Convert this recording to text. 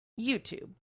YouTube